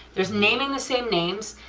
there's naming the same names,